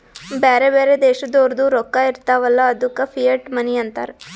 ಬ್ಯಾರೆ ಬ್ಯಾರೆ ದೇಶದೋರ್ದು ರೊಕ್ಕಾ ಇರ್ತಾವ್ ಅಲ್ಲ ಅದ್ದುಕ ಫಿಯಟ್ ಮನಿ ಅಂತಾರ್